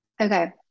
Okay